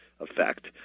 effect